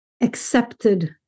accepted